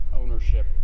ownership